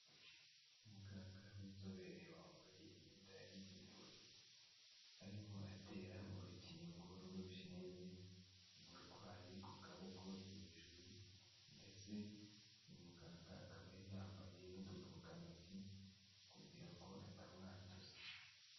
Umuganga w'inzobere wambaye imyenda yabigenewe, arimo atera urukingo rw'urushinge umurwayi ku kaboko hejuru ndetse uyu muganga akaba yari yambaye n'udupfukantoki kugira ngo atamwanduza.